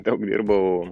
daug dirbau